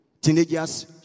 Teenagers